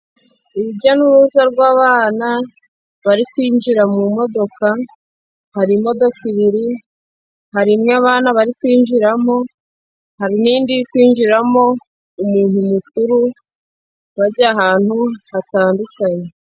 Urujya n'uruza rw'abana bari kwinjira mu modoka. Hari imodoka ebyiri, hari imwe abana bari kwinjiramo, hari n'indi iri kwinjiramo umuntu mukuru, bajya ahantu hatandukanye.